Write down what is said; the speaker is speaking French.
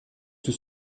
tout